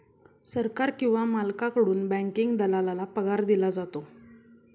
सरकार किंवा मालकाकडून बँकिंग दलालाला पगार दिला जातो